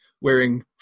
wearing